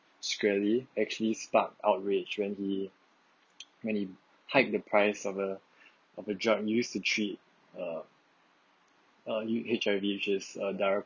shkreli actually sparked outrage when he when he hike the price of a of a drug used to treat uh uh H_I_V which is uh daraprim